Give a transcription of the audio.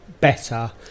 better